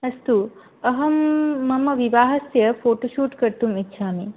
अस्तु अहं मम विवाहस्य फ़ोटोशूट् कर्तुमिच्छामि